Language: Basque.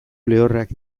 lehorrak